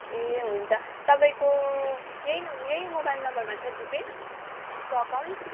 ए हुन्छ तपाईँको यही यही मोबाइल नम्बरमा छ जिपेको अकाउन्ट